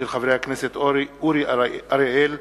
הצעתם של חברי הכנסת אורי אריאל,